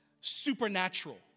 supernatural